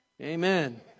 Amen